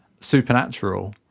Supernatural